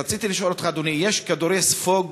רציתי לשאול אותך, אדוני, יש כדורי ספוג